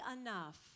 enough